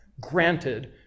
Granted